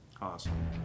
Awesome